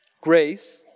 Grace